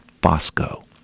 Bosco